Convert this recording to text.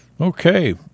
Okay